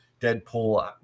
Deadpool